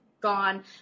gone